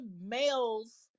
males